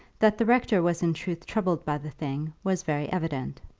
that the rector was in truth troubled by the thing was very evident.